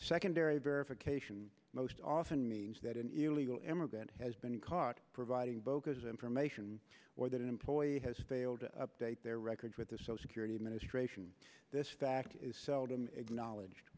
secondary verification most often means that an illegal immigrant has been caught providing bogus information or that an employee has failed to update their records with the so security administration this fact is seldom acknowledged